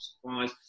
supplies